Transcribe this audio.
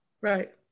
Right